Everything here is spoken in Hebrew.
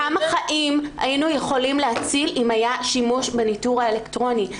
ולכן לא צריך לשים פה את הכול על החלטתה הסופית של התביעה,